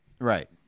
Right